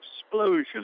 explosion